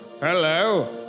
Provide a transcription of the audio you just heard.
Hello